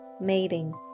mating